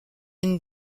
une